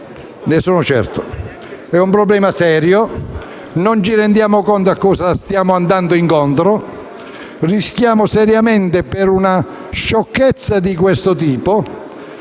del suo sacco. È un problema serio, non capiamo a cosa stiamo andando incontro. Rischiamo seriamente, per una sciocchezza di questo tipo,